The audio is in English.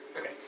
Okay